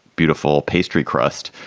beautiful pastry crust.